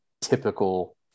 typical